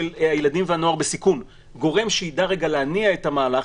הילדים והנוער בסיכון גורם שיידע להניע את המהלך,